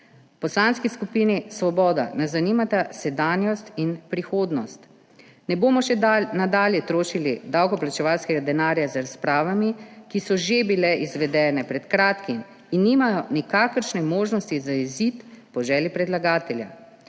Poslanski skupini Svoboda nas zanimata sedanjost in prihodnost. Ne bomo še nadalje trošili davkoplačevalskega denarja z razpravami, ki so že bile izvedene pred kratkim in jih ni nikakor mogoče zajeziti po želji predlagatelja.